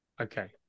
Okay